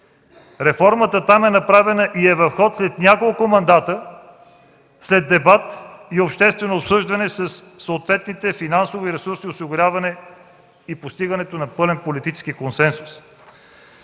реформата там е направена и в ход след няколко мандата, след дебат и обществено обсъждане със съответното финансово и ресурсно осигуряване и постигането на пълен политически консенсус.